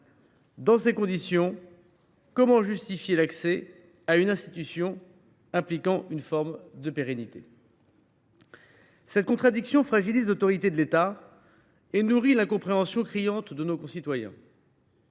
Dans ces conditions, comment justifier l’accès à une institution qui consacre une forme de pérennité ? Par l’amour ! Cette contradiction fragilise l’autorité de l’État et nourrit l’incompréhension criante de nos concitoyens.